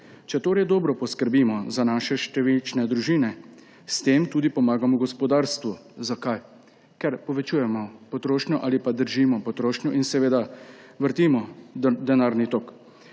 Če torej dobro poskrbimo za naše številčne družine, s tem tudi pomagamo gospodarstvu. Zakaj? Ker povečujemo potrošnjo ali pa držimo potrošnjo in vrtimo denarni tok.